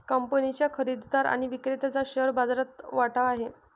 कंपनीच्या खरेदीदार आणि विक्रेत्याचा शेअर बाजारात वाटा आहे